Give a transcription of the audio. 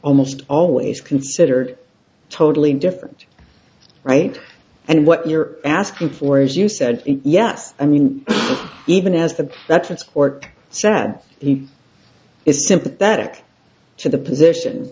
almost always considered totally different right and what you're asking for as you said yes i mean even as the that's that's or said he is sympathetic to the position